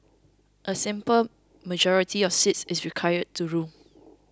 a simple majority of seats is required to rule